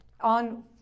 on